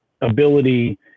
ability